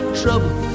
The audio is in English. trouble